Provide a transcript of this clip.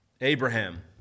Abraham